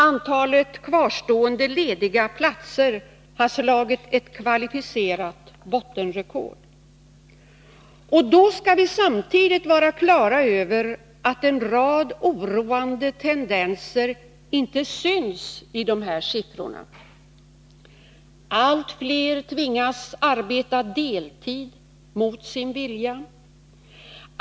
Antalet kvarstående lediga platser har slagit ett kvalificerat bottenrekord. Då skall vi samtidigt vara på det klara med att en rad oroande tendenser inte syns i dessa siffror. Allt fler tvingas arbeta deltid, mot sin vilja.